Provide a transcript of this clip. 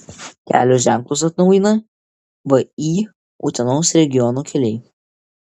kelio ženklus atnaujina vį utenos regiono keliai